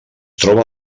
troba